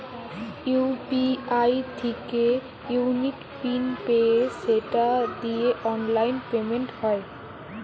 UPI থিকে unique PIN পেয়ে সেটা দিয়ে অনলাইন পেমেন্ট হয়